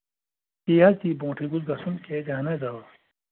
تی حظ تی برٛونٹھٕے گوٚژھ گژھُن کیٛازِ اَہن حظ اَوا